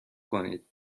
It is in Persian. کنید